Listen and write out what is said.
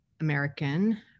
American